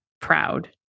proud